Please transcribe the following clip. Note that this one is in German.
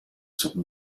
zum